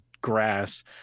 grass